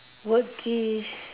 would be